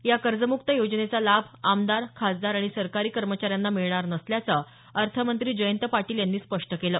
या कर्जमुक्त योजनेचा लाभ आमदार खासदार आणि सरकारी कर्मचाऱ्यांना मिळणार नसल्याचं अर्थमंत्री जयंत पाटील यांनी स्पष्ट केलं